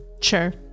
sure